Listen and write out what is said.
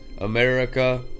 america